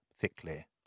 thickly